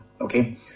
okay